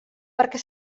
perquè